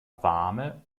warme